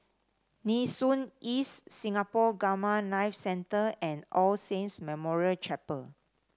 Nee Soon East Singapore Gamma Knife Centre and All Saints Memorial Chapel